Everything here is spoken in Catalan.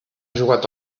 jugat